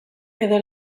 edo